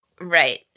Right